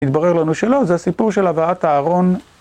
התברר לנו שלא, זה הסיפור של הבאת הארון.